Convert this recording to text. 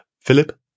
Philip